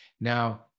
Now